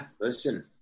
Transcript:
listen